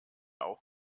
auch